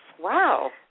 Wow